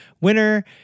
winner